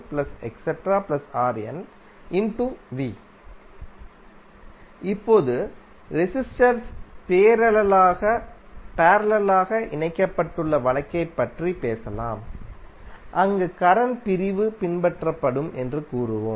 பிறகு இப்போது ரெசிஸ்டர்ஸ் பேரலலாக இணைக்கப்பட்டுள்ள வழக்கைப் பற்றி பேசலாம் அங்கு கரண்ட் பிரிவு பின்பற்றப்படும் என்று கூறுவோம்